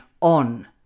on